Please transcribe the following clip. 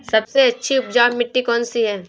सबसे अच्छी उपजाऊ मिट्टी कौन सी है?